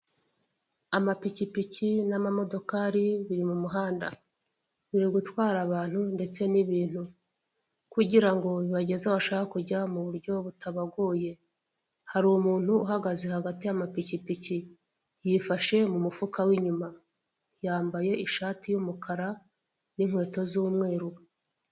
Amapikipiki n'amamodokari biri mu muhanda, biri gutwara abantu ndetse n'ibintu, kugirango bibageze aho bashaka kujya mu buryo butabagoye. Hari umuntu uhagaze hagati y'amapikipiki, yifashe mu mufuka w'inyuma